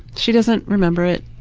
she doesn't remember it.